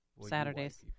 Saturdays